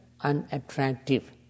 unattractive